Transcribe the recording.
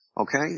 Okay